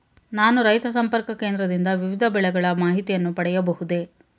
ನಾನು ರೈತ ಸಂಪರ್ಕ ಕೇಂದ್ರದಿಂದ ವಿವಿಧ ಬೆಳೆಗಳ ಮಾಹಿತಿಯನ್ನು ಪಡೆಯಬಹುದೇ?